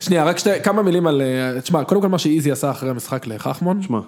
שנייה רק שתי כמה מילים על תשמע מה שאיזי עשה אחרי המשחק לחכמון